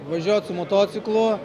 važiuot su motociklu